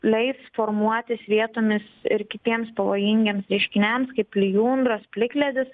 leis formuotis vietomis ir kitiems pavojingiems reiškiniams kaip lijundros plikledis